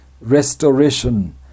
Restoration